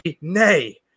nay